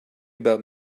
about